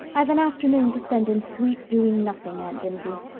i've an afternoon to spend in sweet doing nothing, aunt jimsie.